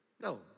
No